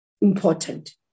important